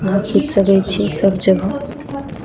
अहाँ खीच सकैत छी सब जगह